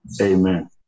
Amen